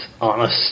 honest